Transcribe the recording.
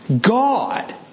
God